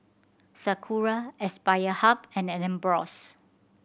Sakura Aspire Hub and Ambros